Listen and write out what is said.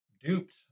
duped